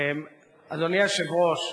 אדוני היושב-ראש,